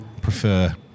Prefer